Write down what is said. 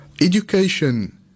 education